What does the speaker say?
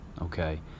okay